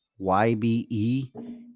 YBE